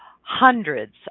hundreds